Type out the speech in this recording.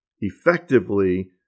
effectively